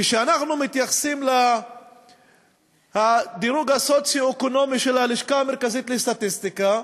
כשאנחנו מתייחסים לדירוג הסוציו-אקונומי של הלשכה המרכזית לסטטיסטיקה,